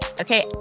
okay